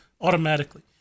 automatically